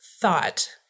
thought